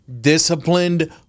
disciplined